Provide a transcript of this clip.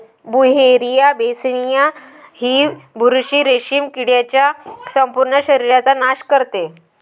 Beauveria bassiana ही बुरशी रेशीम किडीच्या संपूर्ण शरीराचा नाश करते